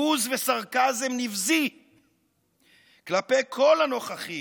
בוז וסרקזם נבזי כלפי כל הנוכחים.